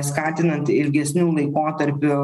skatinant ilgesniu laikotarpiu